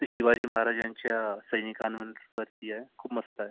ते शिवाजी महाराजांच्या सैनिकांवरती आहे खूप मस्त आहे